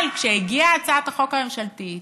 אבל כשהגיעה הצעת החוק הממשלתית,